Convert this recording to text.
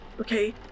okay